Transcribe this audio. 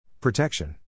Protection